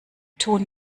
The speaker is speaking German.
tun